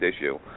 issue